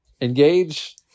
Engage